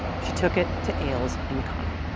she took it to ailes and mcconnell.